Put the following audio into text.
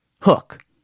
hook